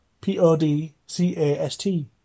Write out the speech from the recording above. P-O-D-C-A-S-T